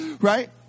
Right